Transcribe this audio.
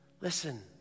Listen